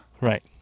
Right